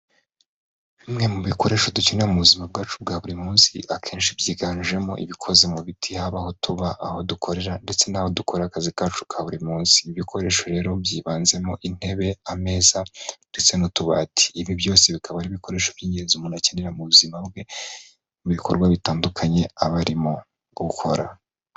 Bimwe mu bikoresho dukenera mu buzima bwacu bwa buri munsi, akenshi byiganjemo ibikoze mu biti, haba aho tuba, aho dukorera ndetse n'aho dukora akazi kacu ka buri munsi. Ibi bikoresho rero byiganjemo intebe, ameza ndetse n'utubati. Ibi byose bikaba ari ibikoresho by'ingenzi, umuntu akenera mu buzima bwe, mu bikorwa bitandukanye aba arimo gukora.